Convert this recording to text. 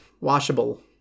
washable